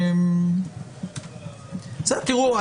תראו,